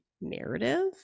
narrative